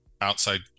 outside